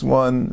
one